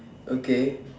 okay